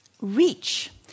reach